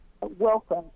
welcome